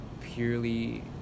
purely